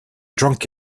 drunk